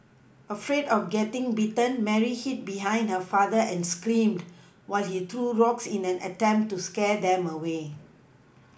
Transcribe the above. afraid of getting bitten Mary hid behind her father and screamed while he threw rocks in an attempt to scare them away